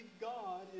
God